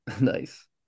nice